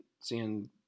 seeing